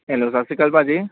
hello ਸਤਿ ਸ਼੍ਰੀ ਅਕਾਲ ਭਾਅ ਜੀ